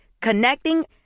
Connecting